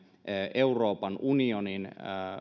euroopan unionin